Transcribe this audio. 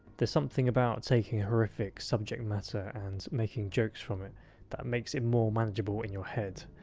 there's something about taking horrific subject matter and making jokes from it that makes it more manageable in your head,